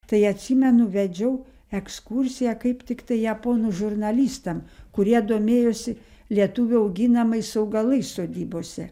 tai atsimenu vedžiau ekskursiją kaip tiktai japonų žurnalistam kurie domėjosi lietuvių auginamais augalais sodybose